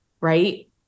right